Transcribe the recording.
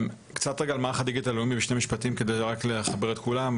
קצת רקע על מערך הדיגיטל הלאומי רק כדי לחבר את כולם.